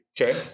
Okay